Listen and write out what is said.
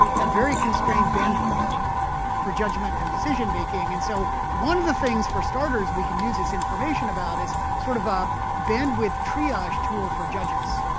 have very constrained bandwidth for judgment and decision-making. and so one of the things, for starters, we can use this information about is sort of a bandwidth triage tool for judges.